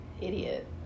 idiot